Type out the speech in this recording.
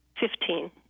Fifteen